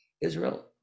Israel